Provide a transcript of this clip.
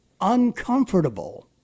uncomfortable